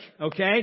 Okay